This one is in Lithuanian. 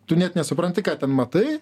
tu net nesupranti ką ten matai